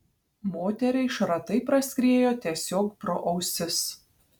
moteriai šratai praskriejo tiesiog pro ausis